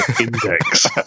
index